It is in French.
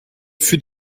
fut